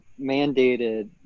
mandated